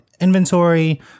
inventory